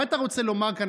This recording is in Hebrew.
מה אתה רוצה לומר כאן,